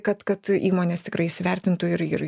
kad kad įmonės tikrai įsivertintų ir ir